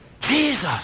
Jesus